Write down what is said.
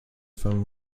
from